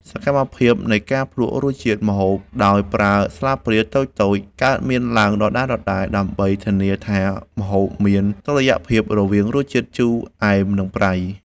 សកម្មភាពនៃការភ្លក្សរសជាតិម្ហូបដោយប្រើស្លាបព្រាតូចៗ កើតមានឡើងដដែលៗដើម្បីធានាថាម្ហូបមានតុល្យភាពរវាងរសជាតិជូរ អែម និងប្រៃ។